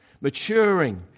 maturing